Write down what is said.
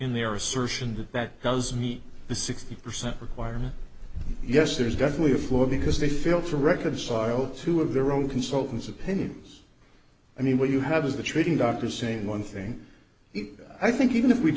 in their assertion that that doesn't meet the sixty percent requirement yes there is definitely a floor because they feel to reconcile two of their own consultants opinions i mean what you have is the treating doctor saying one thing i think even if we